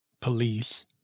police